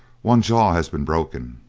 one jaw has been broken.